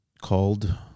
called